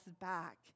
back